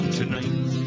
tonight